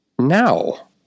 now